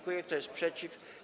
Kto jest przeciw?